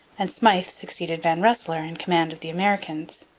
and smyth succeeded van rensselaer in command of the americans.